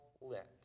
lit